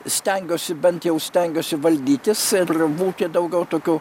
stengiuosi bent jau stengiuosi valdytis ir būti daugiau tokiu